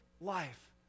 life